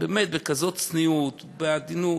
שבאמת בצניעות כזאת, בעדינות.